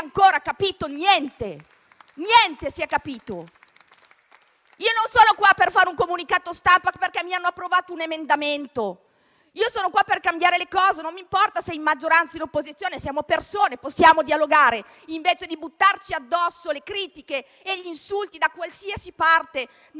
ancora capito niente, perché niente si è capito! Io non sono in Aula per fare un comunicato stampa, perché mi hanno approvato un emendamento. Io sono qua per cambiare le cose, e non mi importa se in maggioranza o all'opposizione. Siamo persone, possiamo dialogare, invece di buttarci addosso critiche e insulti da qualsiasi parte,